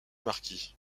marquis